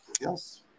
Yes